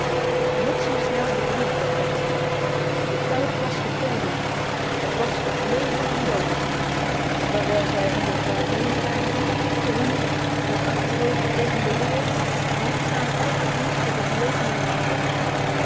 bliksemsnel begreep buck het de tijd was g e k o men het was op leven en dood terwijl zij om elkaar heen draaiden grommend met achteroverliggende oren waakzaam elke gunstige gelegenheid afwachtend